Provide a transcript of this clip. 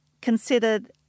considered